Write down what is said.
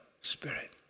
Spirit